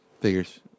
figures